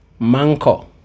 Manko